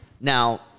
Now